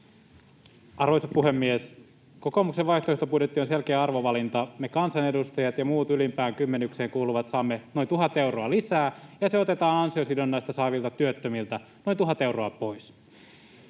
Arvoisa puhemies! Kokoomuksen vaihtoehtobudjetti on selkeä arvovalinta: me kansanedustajat ja muut ylimpään kymmenykseen kuuluvat saamme noin 1 000 euroa lisää, ja se otetaan ansiosidonnaista saavilta työttömiltä, noin 1 000 euroa, pois.